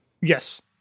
Yes